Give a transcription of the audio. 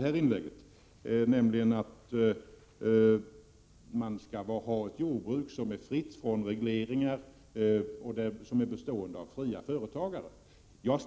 Han har nämligen sagt att man skall ha ett jordbruk som är fritt från regleringar och som består av fria företagare. Jag